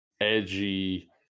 edgy